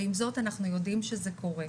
ועם זאת אנחנו יודעים שזה קורה.